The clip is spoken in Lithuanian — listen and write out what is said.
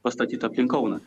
pastatyta aplink kauną